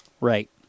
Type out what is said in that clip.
right